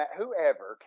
whoever